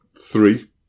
three